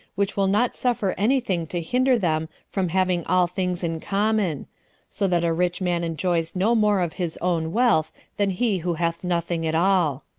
which will not suffer any thing to hinder them from having all things in common so that a rich man enjoys no more of his own wealth than he who hath nothing at all.